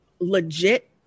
legit